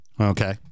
Okay